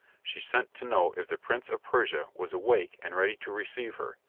she sent to know if the prince of persia was awake and ready to receive her,